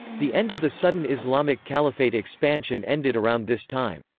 the end of the sudden islamic caliphate expansion ended around this time.